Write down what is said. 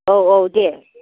औ औ दे